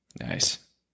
Nice